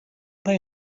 they